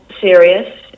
serious